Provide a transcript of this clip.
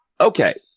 Okay